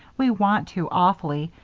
we want to, awfully,